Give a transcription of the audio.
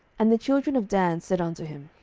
and the children of dan said unto him,